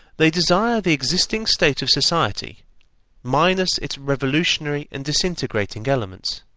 they desire the existing state of society minus its revolutionary and disintegrating elements.